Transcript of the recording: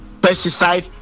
pesticide